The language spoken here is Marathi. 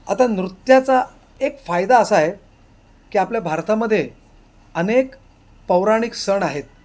आता नृत्याचा एक फायदा असा आहे की आपल्या भारतामध्ये अनेक पौराणिक सण आहेत